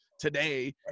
today